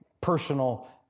personal